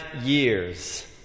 years